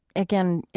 again,